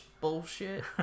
bullshit